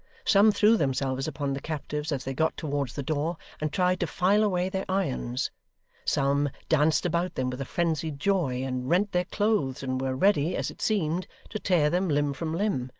some threw themselves upon the captives as they got towards the door, and tried to file away their irons some danced about them with a frenzied joy, and rent their clothes, and were ready, as it seemed, to tear them limb from limb.